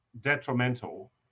detrimental